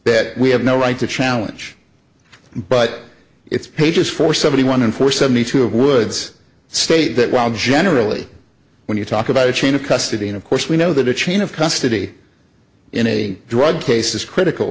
bed we have no right to challenge but it's pages four seventy one and four seventy two of wood's state that while generally when you talk about a chain of custody and of course we know that a chain of custody in a drug case is critical